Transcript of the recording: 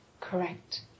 Correct